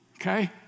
okay